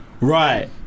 Right